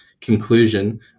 conclusion